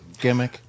gimmick